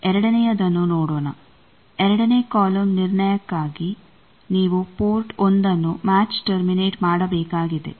ಎರಡನೆಯದನ್ನು ನೋಡೋಣ ಎರಡನೇ ಕಾಲಮ್ ನಿರ್ಣಯಕ್ಕಾಗಿ ನೀವು ಪೋರ್ಟ್ 1 ನ್ನು ಮ್ಯಾಚ್ ಟರ್ಮಿನೇಟ್ ಮಾಡಬೇಕಾಗಿದೆ